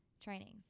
trainings